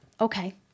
Okay